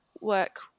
work